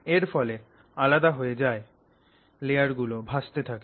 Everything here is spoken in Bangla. এর ফলে আলাদা হয়ে যাওয়া লেয়ার গুলো ভাসতে থাকে